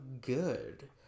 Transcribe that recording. good